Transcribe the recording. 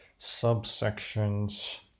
subsections